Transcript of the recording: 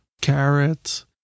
Carrots